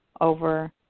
over